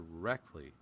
directly